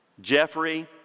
Jeffrey